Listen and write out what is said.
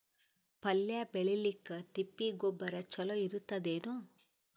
ಪಲ್ಯ ಬೇಳಿಲಿಕ್ಕೆ ತಿಪ್ಪಿ ಗೊಬ್ಬರ ಚಲೋ ಇರತದೇನು?